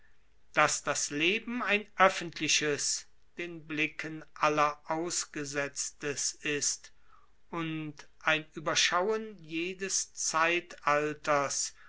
daß das leben ein öffentliches den blicken aller ausgesetztes ist und ein ueberschauen jedes zeitaltes